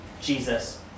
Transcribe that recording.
Jesus